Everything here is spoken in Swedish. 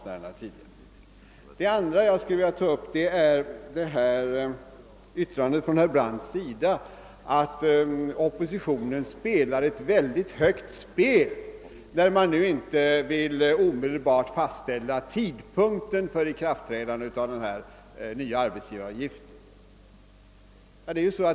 För det andra vill jag ta upp herr Brandts yttrande, att oppositionen spelar ett mycket högt spel, när den inte omedelbart vill fastställa tidpunkten för ikraftträdandet av den nya arbetsgivaravgiften.